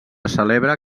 celebra